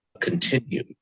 continue